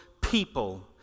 people